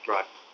Right